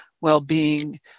well-being